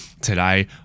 Today